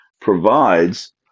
provides